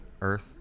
Earth